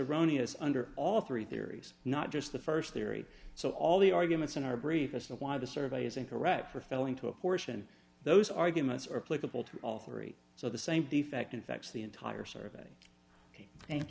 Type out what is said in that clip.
erroneous under all three theories not just the st theory so all the arguments in our brief as to why the survey is incorrect for failing to apportion those arguments are political to all three so the same defect infects the entire survey thank